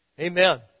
Amen